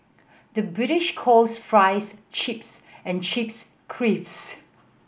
the British calls fries chips and chips creeps